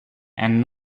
and